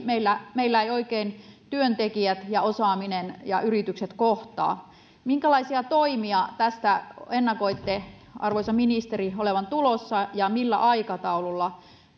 meillä meillä eivät oikein työntekijät ja osaaminen ja yritykset kohtaa minkälaisia toimia tästä ennakoitte arvoisa ministeri olevan tulossa ja millä aikataululla